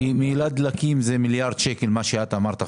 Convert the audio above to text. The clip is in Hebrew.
שמדובר על מיליארד שקל בנוגע למהילת דלקים,